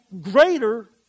greater